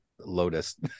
Lotus